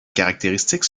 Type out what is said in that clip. caractéristiques